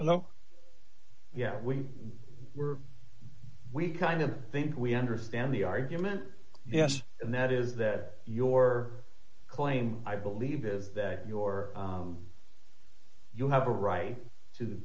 know yeah we were we kind of think we understand the argument yes and that is that your claim i believe is that your you have a right to